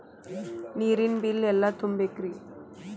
ನೇರಿನ ಬಿಲ್ ಎಲ್ಲ ತುಂಬೇಕ್ರಿ?